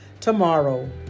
tomorrow